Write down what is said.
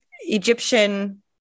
Egyptian